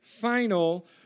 Final